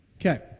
Okay